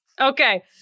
Okay